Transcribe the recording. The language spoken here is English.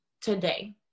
today